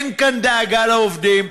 אין כאן דאגה לעובדים,